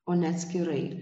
o ne atskirai